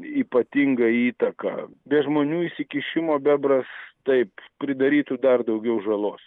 ypatingą įtaką be žmonių įsikišimo bebras taip pridarytų dar daugiau žalos